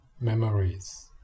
memories